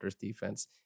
defense